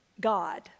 God